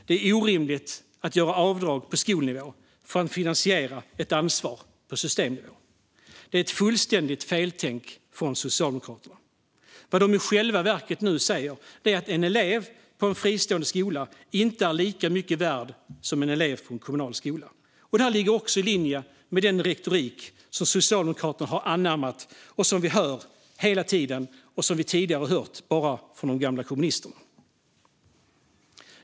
Det är orimligt att göra avdrag på skolnivå för att finansiera ett ansvar på systemnivå. Det är ett fullständigt feltänk från Socialdemokraterna. Vad de i själva verket nu säger är att en elev på en fristående skola inte är lika mycket värd som en elev på en kommunal skola. Det ligger också i linje med den retorik som Socialdemokraterna har anammat, som vi hela tiden hör, och som vi tidigare bara har hört från de gamla kommunisterna.